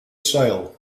sale